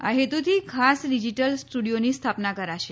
આ હેતુથી ખાસ ડિજીટલ સ્ટુડિયોની સ્થાપના કરાશે